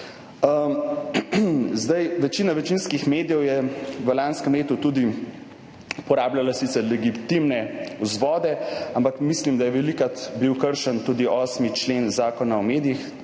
unije. Večina večinskih medijev je v lanskem letu tudi uporabljala sicer legitimne vzvode, ampak mislim, da je bil velikokrat kršen tudi 8. člen Zakona o medijih.